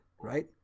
right